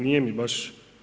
Nije mi baš.